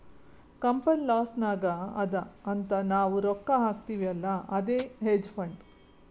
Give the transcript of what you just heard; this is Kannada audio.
ಕಂಪನಿ ಲಾಸ್ ನಾಗ್ ಅದಾ ಅಂತ್ ನಾವ್ ರೊಕ್ಕಾ ಹಾಕ್ತಿವ್ ಅಲ್ಲಾ ಅದೇ ಹೇಡ್ಜ್ ಫಂಡ್